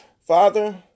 Father